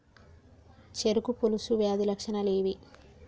చెరుకు పొలుసు వ్యాధి లక్షణాలు ఏవి?